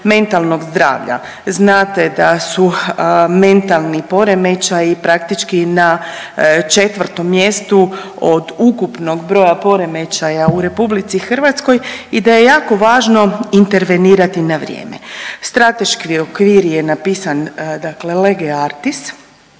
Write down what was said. mentalnog zdravlja. Znate da su mentalni poremećaji praktički na četvrtom mjestu od ukupnog broja poremećaja u RH i da je jako važno intervenirati na vrijeme. Strateški je napisan dakle lege artis